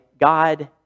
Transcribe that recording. God